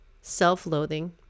self-loathing